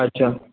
अच्छा